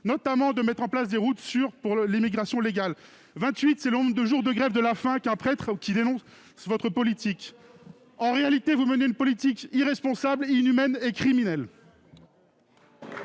notamment à mettre en place des routes sûres pour l'immigration légale ; enfin, vingt-huit, c'est le nombre de jours de grève de la faim suivis par un prêtre pour dénoncer votre politique. En réalité, vous menez une politique irresponsable, inhumaine et criminelle